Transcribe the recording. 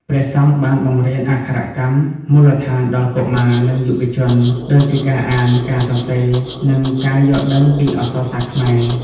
ព្រះសង្ឃបានបង្រៀនអក្ខរកម្មមូលដ្ឋានដល់កុមារ និងយុវជន ដូចជាការអាន ការសរសេរ និងការយល់ដឹងពីអក្សរសាស្ត្រខ្មែរ។